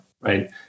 right